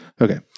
Okay